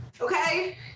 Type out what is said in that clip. Okay